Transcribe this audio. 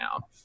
now